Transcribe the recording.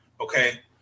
Okay